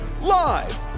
live